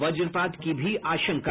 वज्रपात की भी आशंका